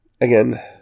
again